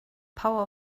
power